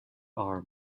are